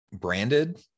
branded